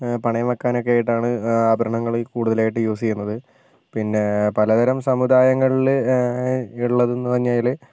പണയം വെക്കാനൊക്കെ ആയിട്ടാണ് ആഭരണങ്ങൾ കൂടുതലായിട്ട് യൂസ് ചെയ്യുന്നത് പിന്നെ പലതരം സമുദായങ്ങളിൽ ഉള്ളതും എന്നു പറഞ്ഞാൽ